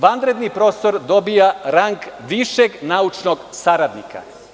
Vanredni profesor dobija rang višeg naučnog saradnika.